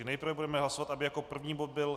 Nejprve budeme hlasovat, aby jako první bod byl...